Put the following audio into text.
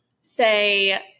Say